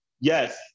Yes